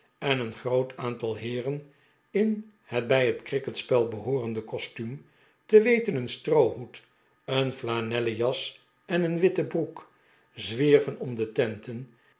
en een groot aantal heeren in het bij net cricketspel behoorende costuum te weten een stroohoed een flanellen jas en een witte broek zwierven om de tenten